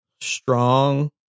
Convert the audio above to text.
strong